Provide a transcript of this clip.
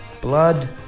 blood